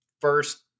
first